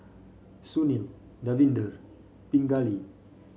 Sunil Davinder Pingali